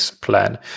plan